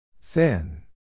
Thin